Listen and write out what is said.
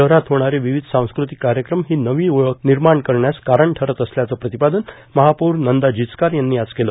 शहरात होणारे विविध सांस्कृतिक कार्यक्रम ही नवी ओळख निर्माण करण्यास कारण ठरत असल्याचे प्रतिपादन महापौर नंदा जिचकार यांनी केले